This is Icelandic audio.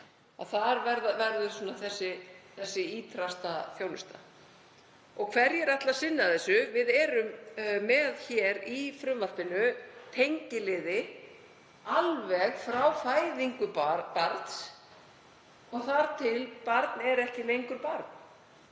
Þar verður þessi ýtrasta þjónusta. Hverjir ætla að sinna þessu? Við erum í frumvarpinu með tengiliði alveg frá fæðingu barns þar til það er ekki lengur barn.